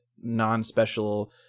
non-special